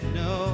no